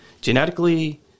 genetically